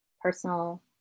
personal